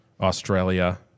Australia